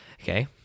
okay